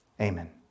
Amen